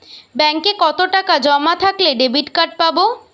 ব্যাঙ্কে কতটাকা জমা থাকলে ডেবিটকার্ড পাব?